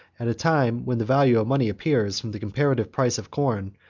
at a time when the value of money appears, from the comparative price of corn,